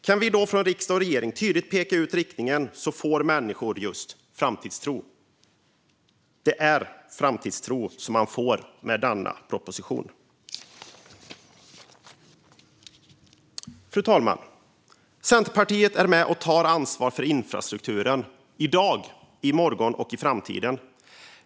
Om vi då från riksdag och regering tydligt kan peka ut riktningen får människor framtidstro. Det är framtidstro man får med denna proposition. Fru talman! Centerpartiet är med och tar ansvar för infrastrukturen, i dag, i morgon och i framtiden.